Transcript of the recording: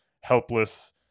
helpless